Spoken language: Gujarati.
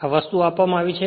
આ વસ્તુ આપવામાં આવી છે